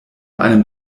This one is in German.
einem